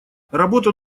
работу